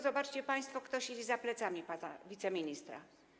Zobaczcie państwo, kto siedzi za plecami pana wiceministra.